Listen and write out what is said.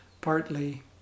partly